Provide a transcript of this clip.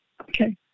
Okay